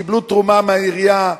קיבלו תרומה מהעירייה,